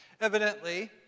Evidently